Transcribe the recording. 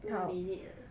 two minute